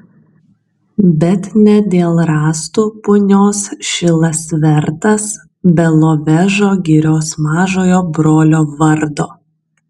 bet ne dėl rąstų punios šilas vertas belovežo girios mažojo brolio vardo